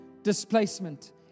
Displacement